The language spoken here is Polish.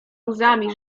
łzami